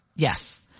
Yes